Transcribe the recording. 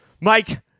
Mike